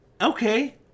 Okay